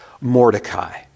Mordecai